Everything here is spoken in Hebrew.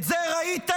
את זה ראיתם?